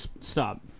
stop